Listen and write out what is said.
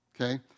Okay